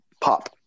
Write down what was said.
pop